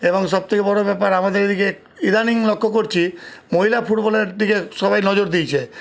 এবং সব থেকে বড়ো ব্যাপার আমাদের এদিকে ইদানিং লক্ষ্য করছি মহিলা ফুটবলের দিকে সবাই নজর দিয়েছে